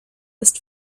ist